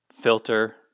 filter